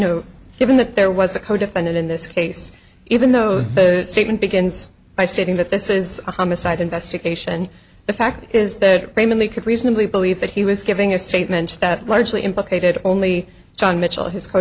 know given that there was a codefendant in this case even though the statement begins by stating that this is a homicide investigation the fact is that they mean they could reasonably believe that he was giving a statement that largely implicated only john mitchell his co